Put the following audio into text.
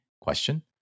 question